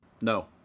No